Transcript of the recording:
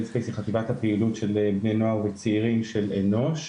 הדספייס היא חטיבת הפעילות של בני נוער וצעירים של אנוש,